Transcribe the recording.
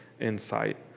insight